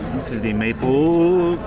the ma ohhh!